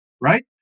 right